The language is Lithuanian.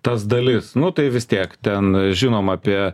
tas dalis nu tai vis tiek ten žinoma apie